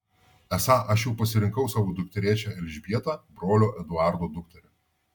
esą aš jau pasirinkau savo dukterėčią elžbietą brolio eduardo dukterį